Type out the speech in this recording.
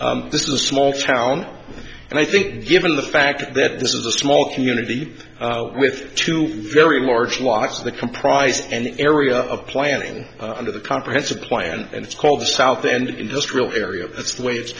size this is a small town and i think given the fact that this is a small community with two very large blocks of the comprised and area of planning under the comprehensive plan and it's called the south and industrial area that's the way it's